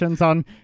on